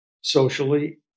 socially